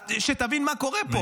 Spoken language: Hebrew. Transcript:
שתבין מה קורה פה.